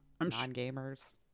non-gamers